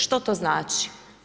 Što to znači?